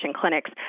clinics